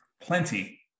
Plenty